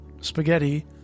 spaghetti